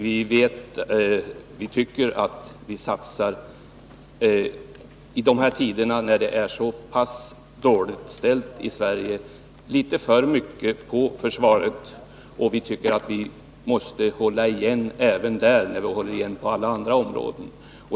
Vi tycker att man i dessa tider när Sverige har det så dåligt ställt satsar litet för mycket på försvaret. Vi anser att man måste hålla igen även på detta område när man håller igen på alla andra områden.